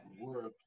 work